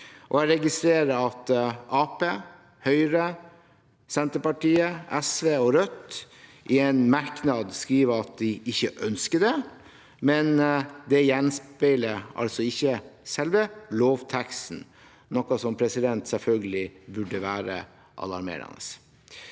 Jeg registrerer at Arbeiderpartiet, Høyre, Senterpartiet, SV og Rødt i en merknad skriver at de ikke ønsker det, men det gjenspeiles altså ikke i selve lovteksten, noe som selvfølgelig burde være alarmerende.